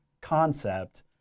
concept